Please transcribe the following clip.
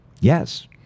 yes